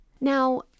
Now